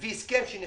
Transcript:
לפי הסכם שנחתם